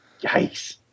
Yikes